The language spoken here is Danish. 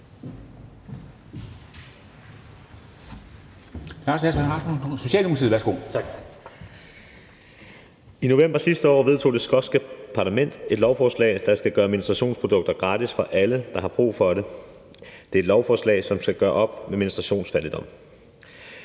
I november sidste år vedtog det skotske parlament et lovforslag, der skal gøre menstruationsprodukter gratis for alle, der har brug for det. Det er et lovforslag, som skal gøre op med menstruationsfattigdom.